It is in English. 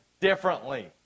differently